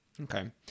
Okay